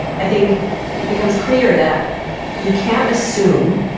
i think it becomes clear that you can't assume,